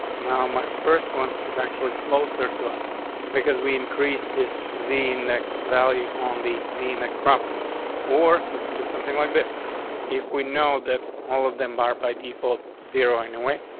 now, my first one is actually closer to us because we increase this zine next value on the z next property war. we could do something like this if we know that all of them are by default, zero. in a way,